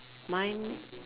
mine